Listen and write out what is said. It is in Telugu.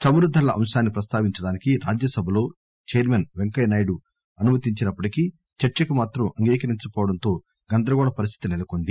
చమురు ధరల అంశాన్ని ప్రస్తావించడానికి రాజ్యసభలో చైర్మెన్ పెంకయ్యనాయుడు అనుమతించినప్పటికీ చర్సకు మాత్రం అంగీకరించకపోవడంతో గంధరగోళ పరిస్ధితి నెలకొంది